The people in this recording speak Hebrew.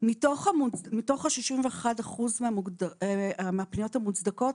מתוך ה-61% מהפניות המוצדקות,